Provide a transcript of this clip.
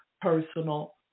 personal